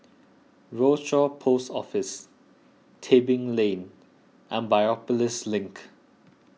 Rochor Post Office Tebing Lane and Biopolis Link